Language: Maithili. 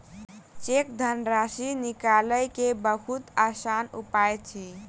चेक धनराशि निकालय के बहुत आसान उपाय अछि